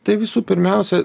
tai visų pirmiausia